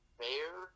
fair